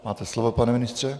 Máte slovo, pane ministře.